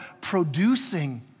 producing